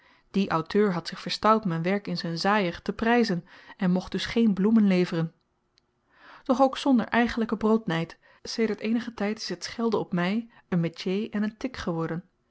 die auteur had zich verstout myn werk in z'n zaaier te pryzen en mocht dus geen bloemen leveren doch ook zonder eigenlyken broodnyd sedert eenigen tyd is t schelden op my n métier en n tic geworden